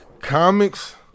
comics